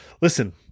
listen